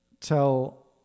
tell